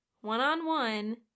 one-on-one